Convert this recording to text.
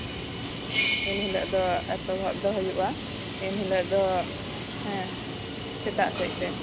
ᱮᱱᱦᱤᱞᱳᱜ ᱫᱚ ᱮᱛᱚᱦᱚᱵ ᱫᱚ ᱦᱩᱭᱩᱜᱼᱟ ᱮᱱ ᱦᱤᱞᱳᱜ ᱫᱚ ᱦᱮᱸ ᱥᱮᱛᱟᱜ ᱥᱮᱡ ᱛᱮ